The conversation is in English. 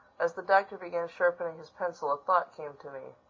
as the doctor began sharpening his pencil a thought came to me.